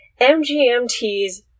MGMT's